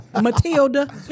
Matilda